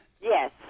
yes